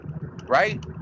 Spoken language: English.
right